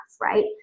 right